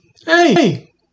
Hey